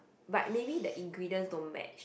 but maybe the ingredients don't match